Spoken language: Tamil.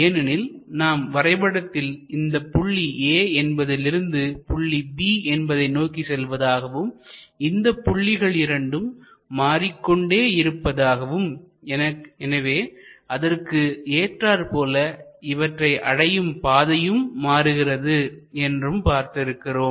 ஏனெனில் நாம் வரைபடத்தில் இந்த புள்ளி A என்பதிலிருந்து புள்ளி B என்பதை நோக்கி செல்வதாகவும் இந்தப் புள்ளிகள் இரண்டும் மாறிக் கொண்டே இருப்பதாகவும் எனவே அதற்கு ஏற்றார் போல இவற்றை அடையும் பாதையும் மாறுகிறது என்றும் பார்த்திருக்கிறோம்